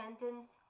sentence